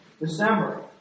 December